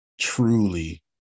truly